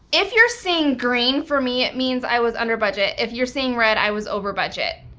if you're seeing green for me, it means i was under budget. if you're seeing red, i was over budget.